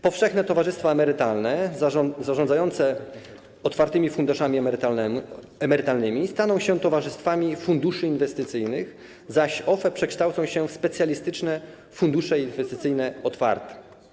Powszechne towarzystwa emerytalne, zarządzające otwartymi funduszami emerytalnymi, staną się towarzystwami funduszy inwestycyjnych, zaś OFE przekształcą się w specjalistyczne fundusze inwestycyjne otwarte.